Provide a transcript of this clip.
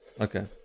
Okay